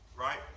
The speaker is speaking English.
right